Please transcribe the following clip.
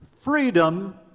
freedom